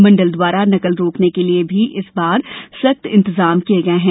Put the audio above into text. मंडल द्वारा नकल रोकने के लिए भी इस बार सख्त इंतजाम किये गये हैं